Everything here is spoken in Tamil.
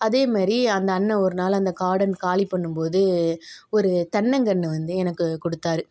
அதே மாதிரி அந்த அண்ணன் ஒரு நாள் அந்த கார்டன் காலி பண்ணும்போது ஒரு தென்னக்கன்று வந்து எனக்கு கொடுத்தாரு